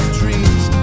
dreams